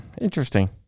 interesting